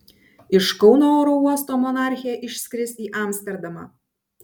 iš kauno oro uosto monarchė išskris į amsterdamą